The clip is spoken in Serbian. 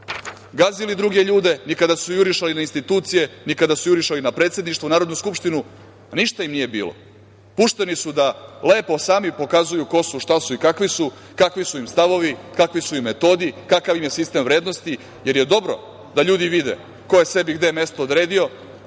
gazili druge ljude, ni kada su jurišali na institucije, ni kada su jurišali na Predsedništvo, Narodnu skupštinu, ništa im nije bilo. Pušteni su da lepo sami pokazuju ko su, šta su i kakvi su, kakvi su im stavovi, kakvi su im metodi, kakav im je sistem vrednosti, jer je dobro da ljudi vide ko je sebi gde mesto odredio,